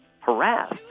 harassed